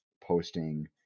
posting